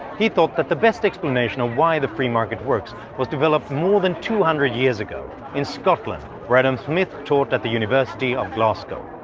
he thought that the best explanation of why the free market works was developed more than two-hundred years ago in scotland, where adam smith taught at the university of glasgow.